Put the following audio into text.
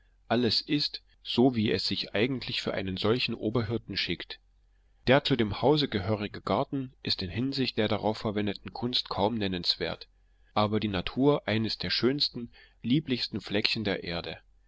alles ist so wie es sich eigentlich für einen solchen oberhirten schickt der zu dem hause gehörige garten ist in hinsicht der darauf verwendeten kunst kaum nennenswert aber von natur eines der schönsten lieblichsten fleckchen der erde